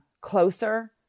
closer